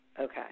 okay